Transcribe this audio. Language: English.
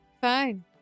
Fine